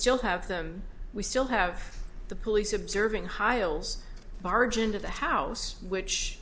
still have them we still have the police observing high ols barge into the house which